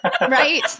right